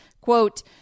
quote